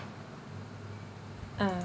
ah